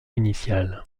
initiale